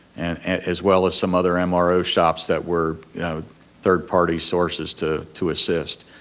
as well as some other um ah mro shops that were third party sources to to assist.